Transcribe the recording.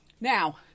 Now